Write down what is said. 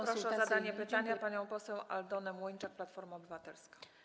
Proszę o zadanie pytania panią poseł Aldonę Młyńczak, Platforma Obywatelska.